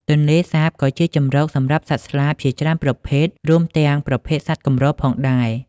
ទន្លេសាបក៏ជាជម្រកសម្រាប់សត្វស្លាបជាច្រើនប្រភេទ រួមទាំងប្រភេទសត្វកម្រផងដែរ។